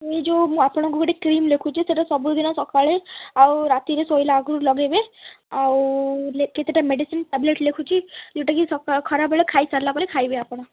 ଏଇ ଯେଉଁ ମୁଁ ଆପଣଙ୍କୁ ଗୋଟେ କ୍ରିମ୍ ଲେଖୁଛି ସେଇଟା ସବୁଦିନ ସକାଳେ ଆଉ ରାତିରେ ଶୋଇଲା ଆଗୁରୁ ଲଗାଇବେ ଆଉ କେତେଟା ମେଡ଼ିସିନ୍ ଟାବଲେଟ୍ ଲେଖୁଛି ଯେଉଁଟା କି ଖରାବେଳ ଖାଇ ସାରିଲା ବେଳେ ଖାଇବେ ଆପଣ